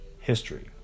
history